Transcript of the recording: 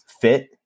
fit